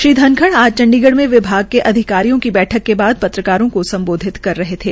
श्री धनखड़ आज चंडीगढ़ में विभाग के अधिकारियों की बैठक के बाद पत्रकारों को सम्बोधित कर रहे थे